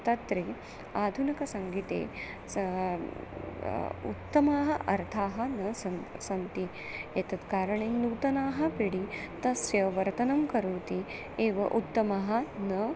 तत्रे आधुनिकसङ्गीते सा उत्तमाः अर्थाः न सन्ति सन्ति एतत् कारणे नूतनाः पीडि तस्य वर्तनं करोति एव उत्तमः न